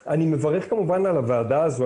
אני מברך כמובן על הוועדה הזאת,